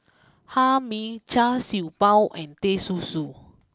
Hae Mee Char Siew Bao and Teh Susu